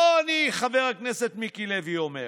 לא אני, חבר הכנסת מיקי לוי, אומר.